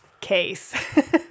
case